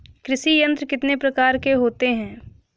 कृषि यंत्र कितने प्रकार के होते हैं?